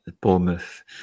Bournemouth